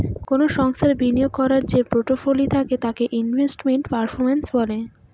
কোনো সংস্থার বিনিয়োগ করার যে পোর্টফোলি থাকে তাকে ইনভেস্টমেন্ট পারফরম্যান্স বলে